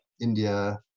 India